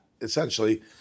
essentially